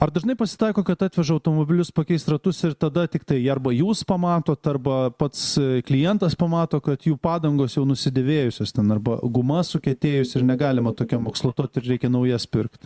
ar dažnai pasitaiko kad atveža automobilius pakeist ratus ir tada tiktai jie arba jūs pamatot arba pats klientas pamato kad jų padangos jau nusidėvėjusios ten arba guma sukietėjus ir negalima tokiom ekslotuot ir reikia naujas pirkt